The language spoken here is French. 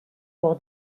pour